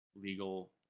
legal